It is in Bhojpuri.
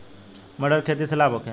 मटर के खेती से लाभ होखे?